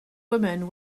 woman